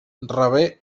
rebé